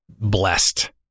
blessed